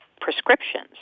prescriptions